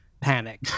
panic